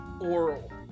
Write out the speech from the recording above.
oral